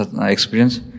experience